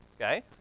Okay